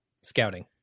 Scouting